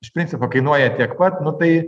iš principo kainuoja tiek pat nu tai